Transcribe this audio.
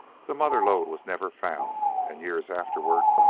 the mother-lode was never found, and, years afterward,